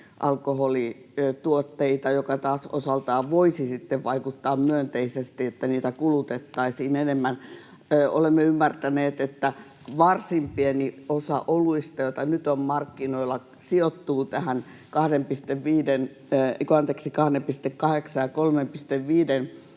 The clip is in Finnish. alkoholituotteita, mikä taas osaltaan voisi sitten vaikuttaa myönteisesti niin, että niitä kulutettaisiin enemmän. Olemme ymmärtäneet, että varsin pieni osa oluista, joita nyt on markkinoilla, sijoittuu tähän 2,8:n ja 3,5